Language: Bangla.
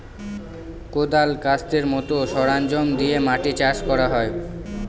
কোঁদাল, কাস্তের মতো সরঞ্জাম দিয়ে মাটি চাষ করা হয়